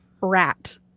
rat